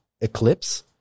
Eclipse